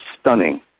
stunning